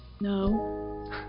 No